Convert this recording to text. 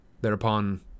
Thereupon